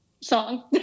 song